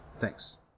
Thanks